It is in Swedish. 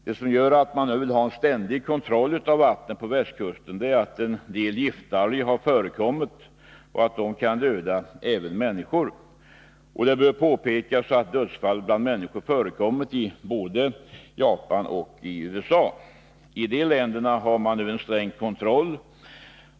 Det som gör att man nu vill ha en ständig kontroll av vattnet på västkusten är att en del giftalger har förekommit och att de kan döda även människor. Det bör påpekas att dödsfall bland människor har förekommit i både Japan och USA. I de länderna har man nu en sträng kontroll.